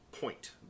point